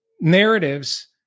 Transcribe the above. narratives